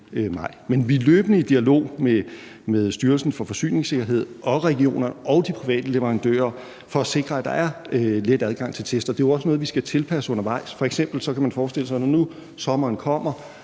Men vi er løbende i dialog med Styrelsen for Forsyningssikkerhed og regionerne og de private leverandører for at sikre, at der er let adgang til test. Det er jo også noget, vi skal tilpasse undervejs. Man kan f.eks. forestille sig, at når sommeren kommer